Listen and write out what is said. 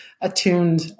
attuned